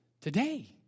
today